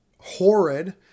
horrid